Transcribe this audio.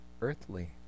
earthly